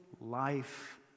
life